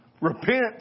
Repent